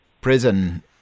prison